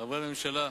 חברי הממשלה,